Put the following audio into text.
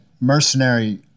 mercenary